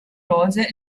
rose